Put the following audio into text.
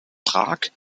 prag